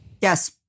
Yes